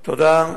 תודה.